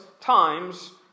times